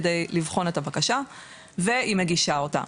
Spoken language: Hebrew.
כדי לבחון את הבקשה והיא מגישה אותה.